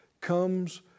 comes